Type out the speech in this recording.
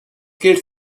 gilt